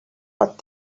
but